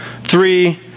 Three